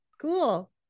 Cool